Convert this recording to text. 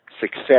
success